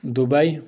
Dubai